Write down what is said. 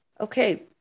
okay